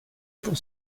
pour